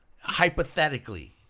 hypothetically